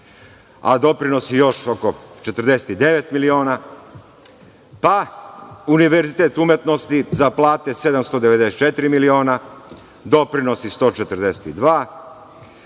a doprinosi još oko 49 miliona. Univerzitet umetnosti za plate 794 miliona, doprinosi 142. Visoke